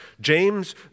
James